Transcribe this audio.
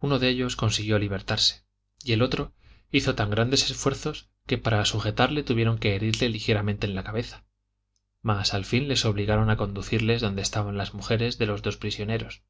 uno de ellos consiguió libertarse y el otro hizo tan grandes esfuerzos que para sujetarle tuvieron que herirle ligeramente en la cabeza mas al fin les obligaron a conducirles donde estaban las mujeres de los dos prisioneros